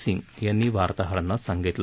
सिंग यांनी वार्ताहरांना सांगितलं